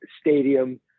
stadium